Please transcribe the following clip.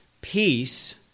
peace